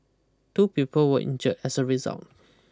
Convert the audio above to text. two people were injure as a result